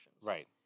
Right